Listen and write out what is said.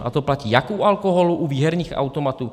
A to platí jak u alkoholu, tak u výherních automatů.